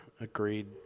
agreed